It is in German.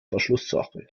verschlusssache